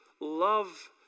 love